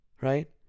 right